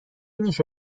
نیشت